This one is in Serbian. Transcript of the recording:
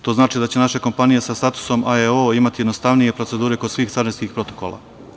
To znači da će naše kompanije sa statusom AEO imati jednostavnije procedure kod svih carinskih protokola.